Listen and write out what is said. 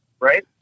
Right